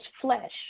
flesh